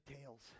tails